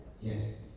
Yes